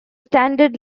standard